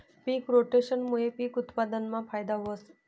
पिक रोटेशनमूये पिक उत्पादनमा फायदा व्हस